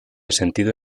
sentido